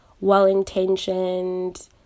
well-intentioned